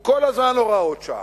הוא כל הזמן בהוראות שעה,